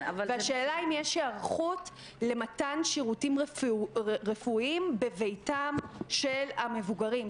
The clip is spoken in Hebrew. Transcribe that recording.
השאלה אם יש היערכות למתן שירותים רפואיים בביתם של המבוגרים.